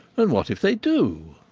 and what if they do?